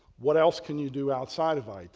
what else can you do outside of it?